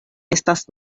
estas